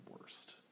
worst